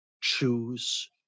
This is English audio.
choose